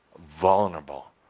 vulnerable